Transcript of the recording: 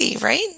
Right